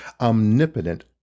omnipotent